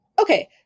Okay